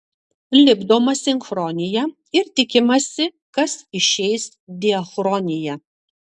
lipdoma sinchronija ir tikimasi kas išeis diachronija